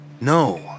No